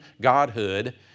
godhood